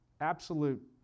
absolute